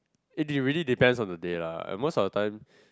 it really depends on the day lah and most of the time